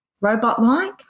robot-like